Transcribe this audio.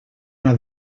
una